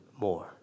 more